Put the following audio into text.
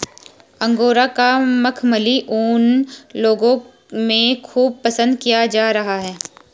angora का मखमली ऊन लोगों में खूब पसंद किया जा रहा है